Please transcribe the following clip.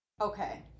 Okay